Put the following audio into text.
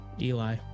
Eli